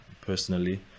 personally